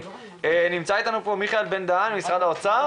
נמצא אתנו מיכאל בן דהן ממשרד האוצר.